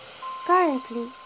Currently